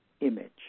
image